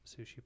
sushi